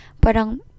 Parang